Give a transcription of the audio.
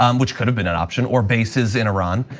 um which could have been an option or bases in iran.